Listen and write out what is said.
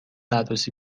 عروسی